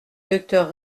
docteur